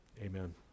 Amen